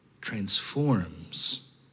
transforms